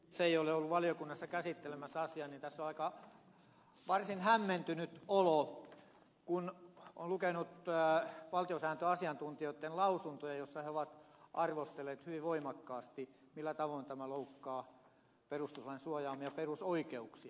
kun ei itse ole ollut valiokunnassa käsittelemässä asiaa niin tässä on varsin hämmentynyt olo kun on lukenut valtiosääntöasiantuntijoitten lausuntoja joissa he ovat arvostelleet tätä hyvin voimakkaasti ja kuvanneet millä tavoin tämä loukkaa perustuslain suojaamia perusoikeuksia